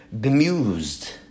bemused